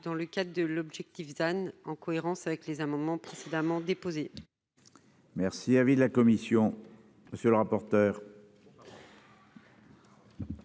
dans le cas de l'objectif en cohérence avec les amendements précédemment déposée. Merci. Avis de la commission. Monsieur le rapporteur.